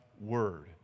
word